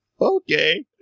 okay